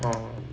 orh